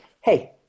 Hey